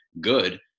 good